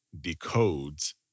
Decodes